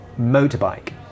motorbike